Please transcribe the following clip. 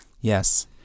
yes